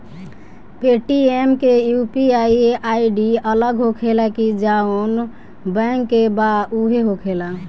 Paytm के UPI ID अलग होखेला की जाऊन बैंक के बा उहे होखेला?